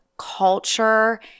culture